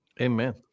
Amen